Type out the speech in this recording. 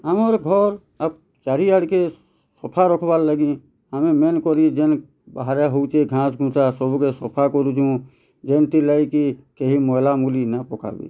ଆମର୍ ଘର୍ ଆପ୍ ଚାରି ଆଡ଼କେ ସଫା ରଖ୍ ବା ଲାଗି ଆମେ ମେନ୍ କରି ଯେନ୍ ବାହାରେ ହଉଛି ଘାଁସ୍ ସବୁକେ ସଫା କରୁଚୁଁ ଯେମ୍ତି ଲାଗିକି କେହି ମଇଲା ମୂଲି ନା ପକାବେ